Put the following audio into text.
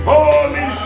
Holy